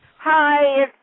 Hi